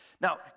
Now